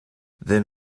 then